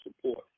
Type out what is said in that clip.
support